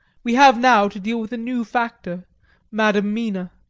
we have now to deal with a new factor madam mina.